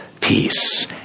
peace